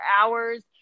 hours